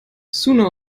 sooner